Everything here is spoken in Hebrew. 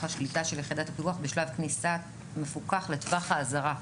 השליטה של יחידת הפיקוח בשלב כניסת מפוקח לטווח האזהרה.